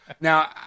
Now